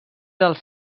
dels